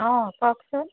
অঁ কওঁকচোন